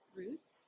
roots